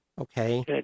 Okay